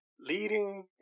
Leading